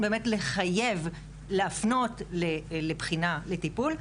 לחייב להפנות לבחינה לטיפול,